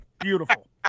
beautiful